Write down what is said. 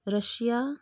Russia